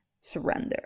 surrender